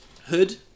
Hood